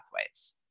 pathways